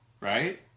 Right